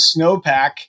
snowpack